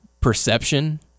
perception